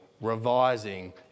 revising